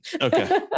okay